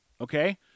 Okay